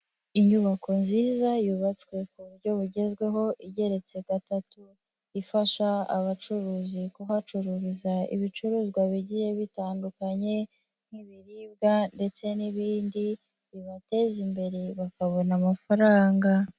inyubako nziza yubatswe ku buryo bugezweho igeretse gatatu, ifasha abacuruzi kuhacururiza ibicuruzwa bigiye bitandukanye, nk'ibiribwa ndetse n'ibindi, bibateza imbere bakabona amafaranga.